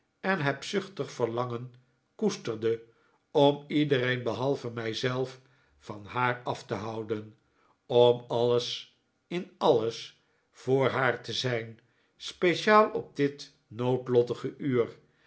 en hebzuchtig verlangen koesterde om iedereen behalve mij zelf van haar af te houden om alles in alles voor haar te zijn speciaal op dit noodlottige uur